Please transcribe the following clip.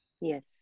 yes